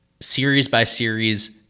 series-by-series